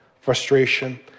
frustration